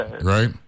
right